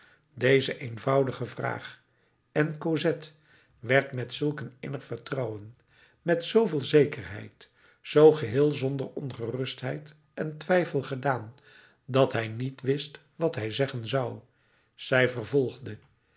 deze eenvoudige vraag en cosette werd met zulk een innig vertrouwen met zooveel zekerheid zoo geheel zonder ongerustheid en twijfel gedaan dat hij niet wist wat hij zeggen zou zij vervolgde